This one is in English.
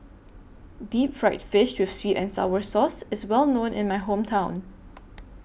Deep Fried Fish with Sweet and Sour Sauce IS Well known in My Hometown